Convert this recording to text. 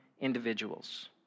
individuals